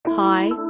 Hi